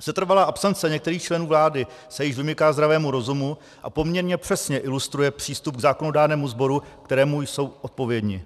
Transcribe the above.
Setrvalá absence některých členů vlády se již vymyká zdravému rozumu a poměrně přesně ilustruje přístup k zákonodárnému sboru, kterému jsou odpovědni.